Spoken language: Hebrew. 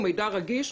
הוא מידע רגיש,